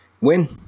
win